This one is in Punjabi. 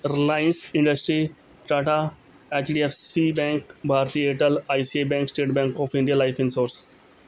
Reliance industry Tata H D F C bank Bharti Airtel I C I bank state bank of India life insurance